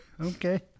Okay